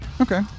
Okay